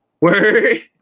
word